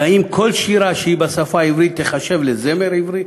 והאם כל שירה שהיא בשפה העברית תיחשב לזמר עברי?